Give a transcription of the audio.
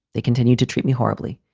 they continued to treat me horribly.